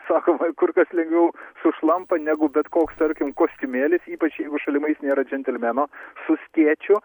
sakoma kur kas lengviau sušlampa negu bet koks tarkim kostiumėlis ypač jeigu šalimais nėra džentelmeno su skėčiu